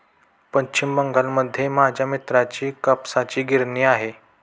पश्चिम बंगालमध्ये माझ्या मित्राची कापसाची गिरणी आहे